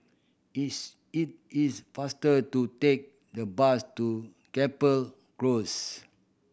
it's it is faster to take the bus to Gapel Close